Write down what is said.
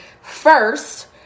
First